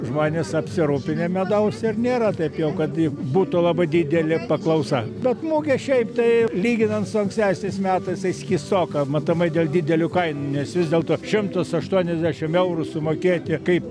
žmonės apsirūpinę medaus ir nėra taip jau kad būtų labai didelė paklausa bet mugė šiaip tai lyginant su ankstesniais metais tai skystoka matomai dėl didelių kainų nes vis dėlto šimtas aštuoniasdešim eurų sumokėti kaip